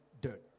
dirt